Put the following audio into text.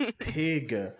Pig